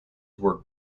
work